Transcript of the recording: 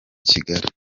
kigali